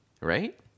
Right